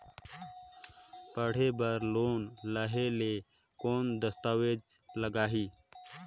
पढ़े बर लोन लहे ले कौन दस्तावेज लगही?